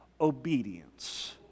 obedience